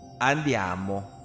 Andiamo